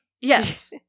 Yes